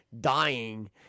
dying